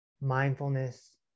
mindfulness